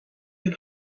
het